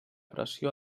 pressió